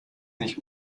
nicht